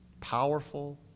powerful